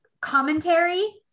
commentary